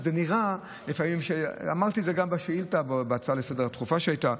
זה פשוט נראה לפעמים ואמרתי את זה גם בהצעה לסדר-היום הדחופה שהייתה,